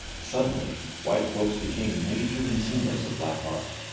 suddenly, white folks became major consumers of black art.